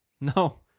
No